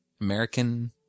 American